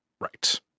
Right